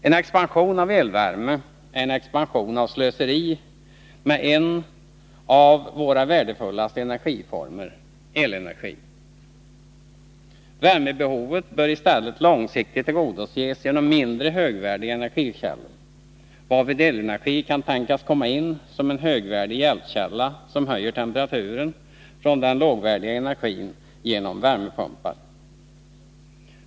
En expansion av elvärme är en expansion av slöseri med en av våra värdefullaste energiformer, elenergi. Värmebehovet bör i stället långsiktigt tillgodoses genom mindre högvärdiga energikällor, varvid elenergi kan tänkas komma in som en högvärdig hjälpkälla, som höjer temperaturen på den lågvärdiga energin genom värmepumpar.